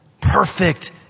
perfect